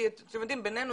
כי בינינו,